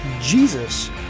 Jesus